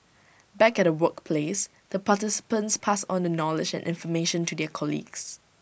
back at the workplace the participants pass on the knowledge and information to their colleagues